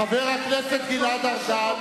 חבר הכנסת גלעד ארדן,